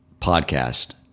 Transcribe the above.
podcast